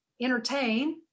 entertain